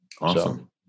Awesome